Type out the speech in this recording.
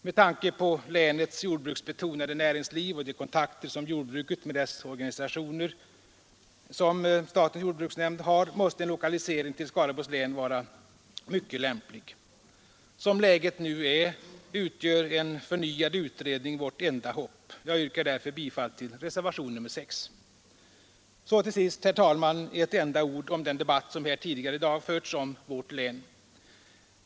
Med tanke på länets jordbruksbetonade näringsliv och de kontakter med jordbruket och dess organisationer som statens jordbruksnämnd har måste en lokalisering till Skaraborgs län vara mycket lämplig. Som läget nu är utgör en förnyad utredning vårt enda hopp. Jag yrkar därför bifall till reservationen 6. Så till sist, herr talman, ett enda ord om den debatt som här tidigare i dag förts om vårt län.